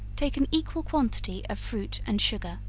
take an equal quantity of fruit and sugar,